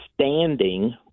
standing